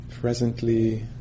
presently